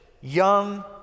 young